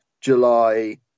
July